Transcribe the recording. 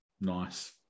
Nice